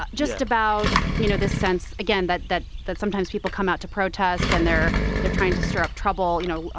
but just about, you know, this sense, again, that that sometimes people come out to protest and they're they're trying to stir up trouble you know,